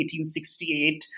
1868